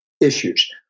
issues